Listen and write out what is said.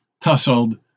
tussled